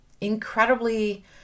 incredibly